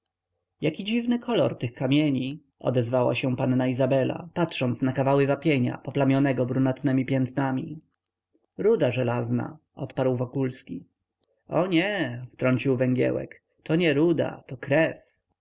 jaki dziwny kolor tych kamieni odezwała się panna izabela patrząc na kawały wapienia poplamionego brunatnemi piętnami ruda żelazna odparł wokulski o nie wtrącił węgiełek to nie ruda to krew